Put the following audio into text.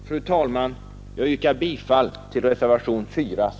Fru talman! Jag yrkar bifall till reservationen 4 c.